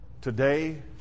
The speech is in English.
today